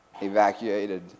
evacuated